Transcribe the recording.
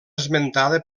esmentada